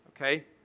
Okay